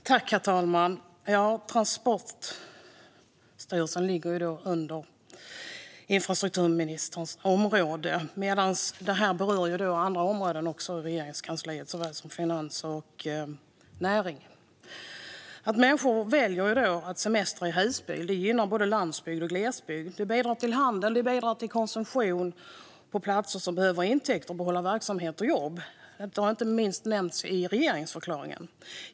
Herr talman! Transportstyrelsen ligger ju inom infrastrukturministerns ansvarsområde, medan detta berör även andra områden i Regeringskansliet och såväl Finansdepartementet som Näringsdepartementet. Att människor väljer att semestra i husbil gynnar både landsbygd och glesbygd. Det bidrar till handel och konsumtion på platser som behöver intäkter för att behålla verksamheter och jobb. Detta har inte minst nämnts i regeringsförklaringen.